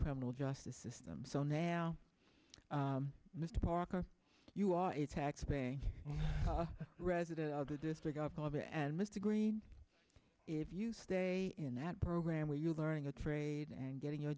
criminal justice system so now mr parker you are a taxpaying resident of the district of columbia and agreed if you stay in that program are you learning a trade and getting your